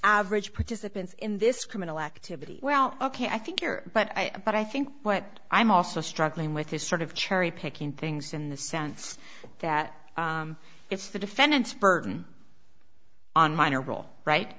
average participants in this criminal activity well ok i think you are but i but i think what i'm also struggling with his sort of cherry picking things in the sense that it's the defendant's burden on minor role right